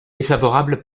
défavorable